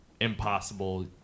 impossible